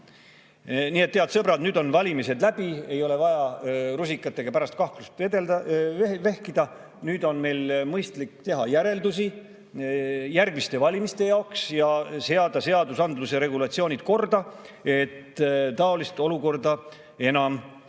Nii et, head sõbrad, nüüd on valimised läbi, ei ole vaja rusikatega pärast kaklust vehkida. Nüüd on meil mõistlik teha järeldusi järgmiste valimiste jaoks ja seada seadusandluse regulatsioonid korda, et taolist olukorda enam ei